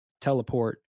teleport